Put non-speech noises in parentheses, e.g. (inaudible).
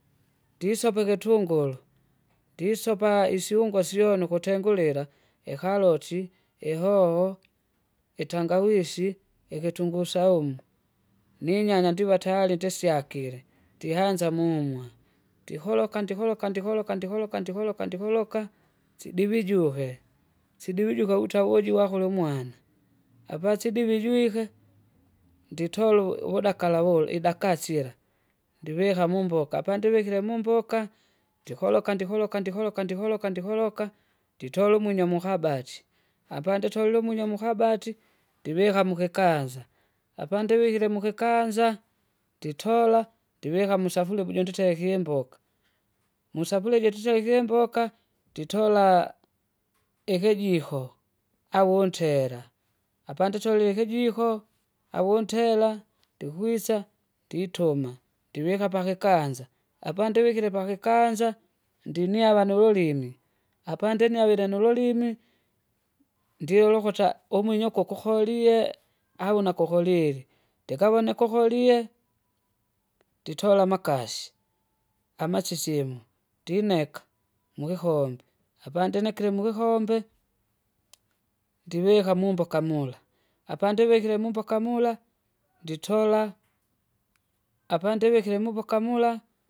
(noise) ndisopa ikitunguru, ndisopa, ndisopa isyunga syone ukutengulila, ikaroti, ihoho, itangawisi, ikitunguu saumu, (noise) ninyanya ndiva tayari ndisyakire, (noise) ndihanza mumwa (noise) ndiholoka ndiholoka ndiholoka ndiholoka ndiholoka ndiholoka, (noise) sidivijuhe, (noise) sidivijuhe vuta voji wakulya umwana, (noise) apasidivijwike! (noise) nditola uvu- udakala wula idakasyila, ndivika mumboka apandivikile mumboka? Ndiholoka ndiholoka ndiholoka ndiholoka ndiholoka. nditole nditole umwinyo mukabati, apanditolile umwinyo mukabati ndivika mukikaza. Apandivikile mukikanza, nditola, ndivika musafuria vujo nditeka imboka, musafuria ija tutarike imboka! nditora, ikijiko, awu untela, apanditolile ikijiko, awu untela, ndikwisa, ndituma, ndivika pakikanza, apandivikile pakikanza, ndinyava nululimi. Apandinyavile nululimi, ndyulukuta umwinyoko ukuholie au nakuholie, ndikavoneka ukolie, nditola amakasi, amasisimu, ndineka, mukikombe, apandinekile mukikombe (noise) ndivika mumboka mula, apandivikile mumboka mula (noise) nditola, apandivikile mumboka mula.